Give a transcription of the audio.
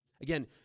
Again